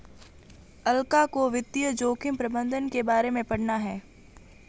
अलका को वित्तीय जोखिम प्रबंधन के बारे में पढ़ना है